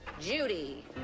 judy